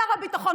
שר הביטחון,